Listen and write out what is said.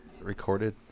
recorded